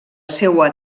seua